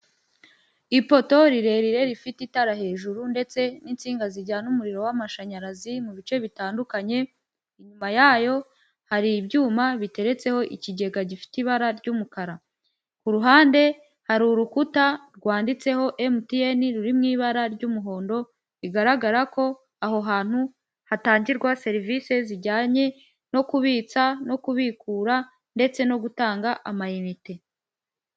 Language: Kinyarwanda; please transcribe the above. Ipoto rirerire rifite itara hejuru ndetse n'insinga zijyana umuriro w'amashanyarazi mu bice bitandukanye, inyuma yayo hari ibyuma biteretseho ikigega gifite ibara ry'umukara. Ku ruhande hari urukuta rwanditseho Emutiyene ruri mu ibara ry'umuhondo, bigaragara ko aho hantu hatangirwa serivisi zijyanye no kubitsa no kubikura ndetse no gutanga ama inite.